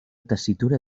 tessitura